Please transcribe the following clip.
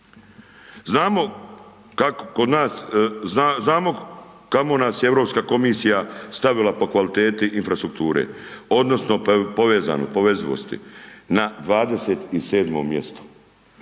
znamo kamo nas je Europska komisija stavila po kvaliteti infrastrukture, odnosno povezivosti, na 27 mjesto.